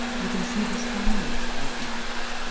you can see the stars at night?